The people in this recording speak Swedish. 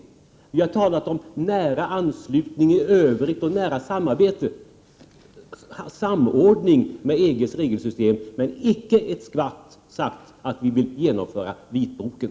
Vad vi har talat om är nära anslutning i övrigt och samordning med EG:s regelsystem. Men vi har inte sagt ett dugg om att vi skulle ansluta oss till vad som står i vitboken.